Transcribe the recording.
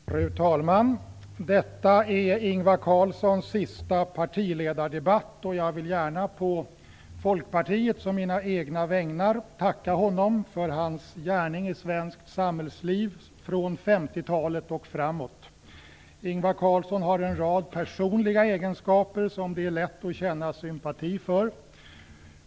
Fru talman! Detta är Ingvar Carlssons sista partiledardebatt. Jag vill gärna, på Folkpartiets och mina egna vägnar, tacka honom för hans gärning i svenskt samhällsliv från 50-talet och framåt. Ingvar Carlsson har en rad personliga egenskaper som det är lätt att känna sympati för.